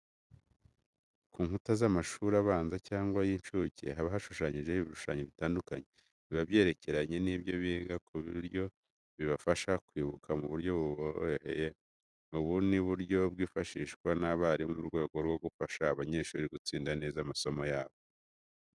Ku nkuta z'amashuri abanza cyangwa ay'incuke haba hashushanyijeho ibishushanyo bitandikanye, biba byerekeranye n'ibyo biga ku buryo bibafasha kwibuka mu buryo buboroheye. Ubu ni uburyo bwifashishwa n'abarimu mu rwego rwo gufasha abanyeshuri gitsinda neza amasomo yabo.